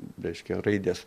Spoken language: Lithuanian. reiškia raides